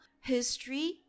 history